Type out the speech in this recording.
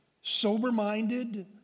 sober-minded